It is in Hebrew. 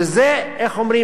שזה, איך אומרים?